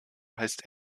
heißt